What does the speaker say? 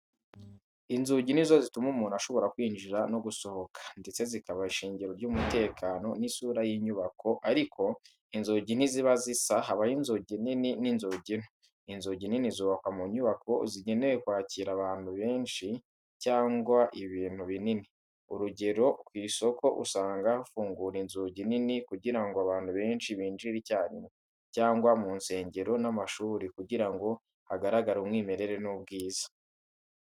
Inzugi ni zo zituma umuntu ashobora kwinjira no gusohoka, ndetse zikaba ishingiro ry’umutekano n’isura y’inyubako. Ariko, inzugi ntiziba zisa. Habaho inzugi nini n’inzugi nto. Inzugi nini zubakwa mu nyubako zigenewe kwakira abantu benshi cyangwa ibintu binini. Urugero, ku isoko usanga hafungura inzugi nini kugira ngo abantu benshi binjire icyarimwe, cyangwa mu nsengero n’amashuri kugira ngo hagaragare umwimerere n’ubwiza.